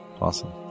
Awesome